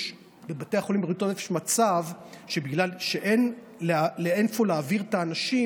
בבתי חולים לבריאות הנפש יש מצב שבגלל שאין לאן להעביר את האנשים,